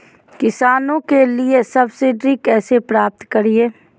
किसानों के लिए सब्सिडी कैसे प्राप्त करिये?